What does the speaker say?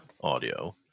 audio